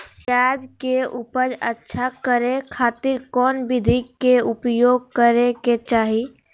प्याज के उपज अच्छा करे खातिर कौन विधि के प्रयोग करे के चाही?